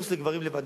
קורס לגברים לבד,